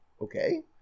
okay